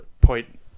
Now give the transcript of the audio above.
point